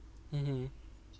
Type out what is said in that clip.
mmhmm